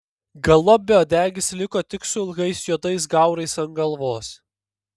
galop beuodegis liko tik su ilgais juodais gaurais ant galvos